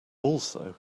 also